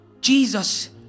Jesus